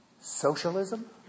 socialism